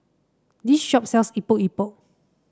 this shop sells Epok Epok